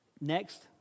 Next